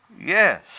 Yes